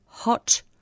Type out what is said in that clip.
Hot